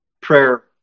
prayer